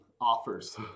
offers